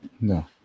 no